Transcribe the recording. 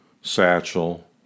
Satchel